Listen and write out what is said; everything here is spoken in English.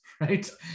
right